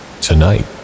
Tonight